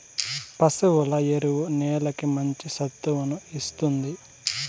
పశువుల ఎరువు నేలకి మంచి సత్తువను ఇస్తుంది